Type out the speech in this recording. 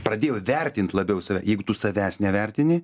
pradėjo vertint labiau save jeigu tu savęs nevertini